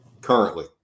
currently